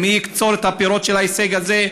מי יקצור את הפירות של ההישג הזה,